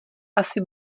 asi